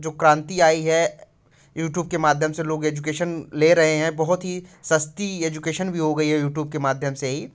जो क्रांति आई है यूटूब के माध्यम से लोग एजुकेशन ले रहे हैं बहुत ही सस्ती एजुकेशन वी हो गई है यूटूब के माध्यम से ही